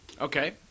Okay